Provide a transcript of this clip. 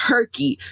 Turkey